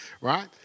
Right